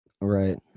Right